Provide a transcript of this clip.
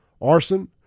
arson